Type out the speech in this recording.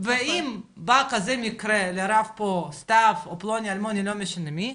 ואם בא כזה מקרה לרב סתיו או פלוני אלמוני לא משנה מי,